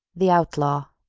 the outlaw